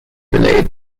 related